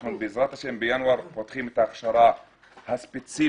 אנחנו בעזרת השם בינואר פותחים את ההכשרה הספציפית